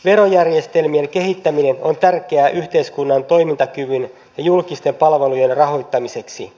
verojärjestelmien kehittäminen on tärkeää yhteiskunnan toimintakyvyn ja julkisten palvelujen rahoittamiseksi